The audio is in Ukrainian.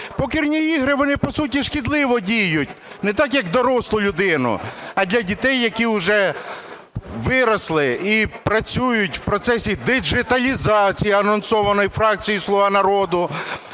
Покерні ігри, вони по суті шкідливо діють не так на дорослу людину, а для дітей, які уже виросли і працюють в процесі діджиталізації, анонсованою фракцією "Слуга народу",